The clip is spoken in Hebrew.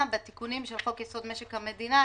בתיקונים של חוק-יסוד: משק המדינה.